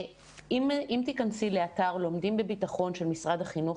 אם תיכנסי לאתר "לומדים בביטחון" של משרד החינוך,